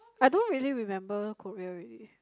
I don't really remember Korea already